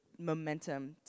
momentum